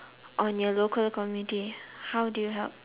on your local community how do you help